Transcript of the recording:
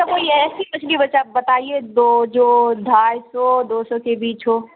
کوئی ایسی مچھلی بت آپ بتائیے دو جو ڈھائی سو دو سو کے بیچ ہو